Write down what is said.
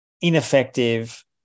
ineffective